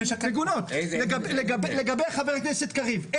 מגונות, לגבי חבר הכנסת קריב.